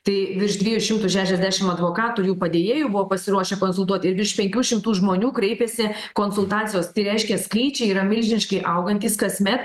tai virš dviejų šimtų šešiasdešim advokatų ir jų padėjėjų buvo pasiruošę konsultuot ir virš penkių šimtų žmonių kreipėsi konsultacijos tai reiškia skaičiai yra milžiniški augantys kasmet